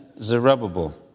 Zerubbabel